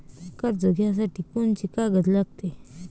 कर्ज घ्यासाठी कोनची कागद लागते?